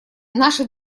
наша